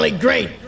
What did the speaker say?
great